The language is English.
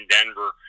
Denver